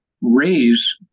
raise